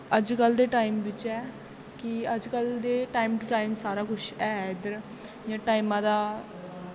अजकल दे टाईम बिच्च ऐ कि अजकल टाईम टू टाईम सारा कुछ है इध्दर जां टाईमा दा